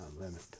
limit